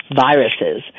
viruses